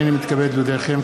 הנני מתכבד להודיעכם,